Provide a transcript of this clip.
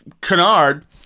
canard